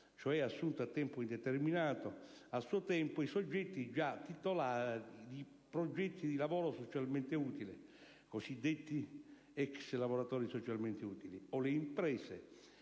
(cioè assunto a tempo indeterminato) a suo tempo i soggetti già titolari di progetti di lavoro socialmente utile (cosiddetti ex lavoratori socialmente utili) o le imprese